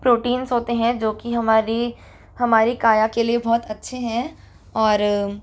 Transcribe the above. proteins होते हैं जो कि हमारी हमारी काया के लिए बहुत अच्छे हैं और